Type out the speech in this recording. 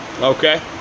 Okay